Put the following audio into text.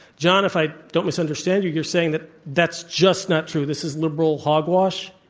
john, if i don't misunderstand you you're saying that that's just not true. this is liberal hogwash?